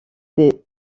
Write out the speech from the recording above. des